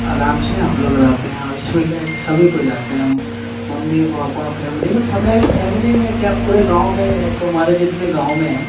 आराम से हम लोग रहते हैं और इसमें क्या है कि सभी को जाते हैं मम्मी पापा फैमिली में हमें फैमिली में क्या पूरे गाँव में ही ऐस हमारे जितने गाँव में है